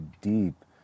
deep